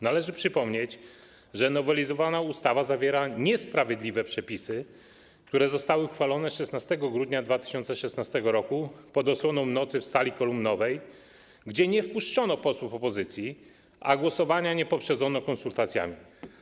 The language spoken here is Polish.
Należy przypomnieć, że nowelizowana ustawa zawiera niesprawiedliwe przepisy, które zostały uchwalone 16 grudnia 2016 r. pod osłoną nocy w Sali Kolumnowej, gdzie nie wpuszczono posłów opozycji, a głosowania nie poprzedzono konsultacjami.